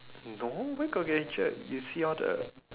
no where got get injured you see all the